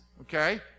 okay